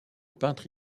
peintres